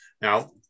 now